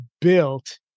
built